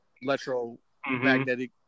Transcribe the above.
electromagnetic